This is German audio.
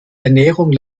ernährung